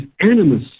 animus